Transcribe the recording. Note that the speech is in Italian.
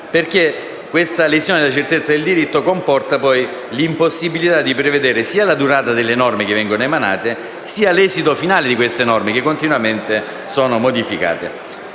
Questa lesione della certezza del diritto comporta poi l'impossibilità di prevedere sia la durata delle norme emanate, sia l'esito finale di queste norme, che vengono continuamente modificate.